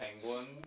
penguin